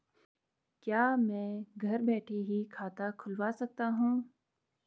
क्या मैं घर बैठे ही खाता खुलवा सकता हूँ?